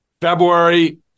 February